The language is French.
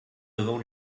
devant